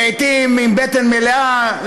לעיתים עם בטן מלאה,